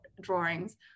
drawings